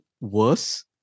worse